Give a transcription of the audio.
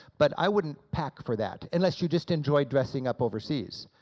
but i wouldn't pack for that unless you just enjoy dressing up overseas.